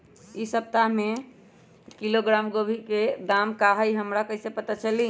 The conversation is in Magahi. इ सप्ताह में एक किलोग्राम गोभी के दाम का हई हमरा कईसे पता चली?